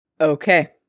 Okay